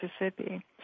Mississippi